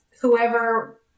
whoever